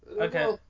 Okay